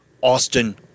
Austin